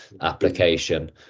application